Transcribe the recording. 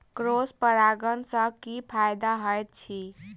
Cross परागण सँ की फायदा हएत अछि?